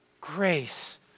Grace